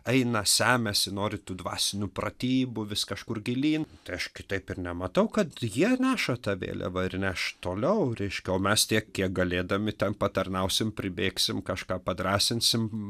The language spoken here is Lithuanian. eina semiasi nori tų dvasinių pratybų vis kažkur gilyn tai aš kitaip ir nematau kad jie neša tą vėliavą ir neš toliau reiškia o mes tiek kiek galėdami ten patarnausim pribėgsim kažką padrąsinsim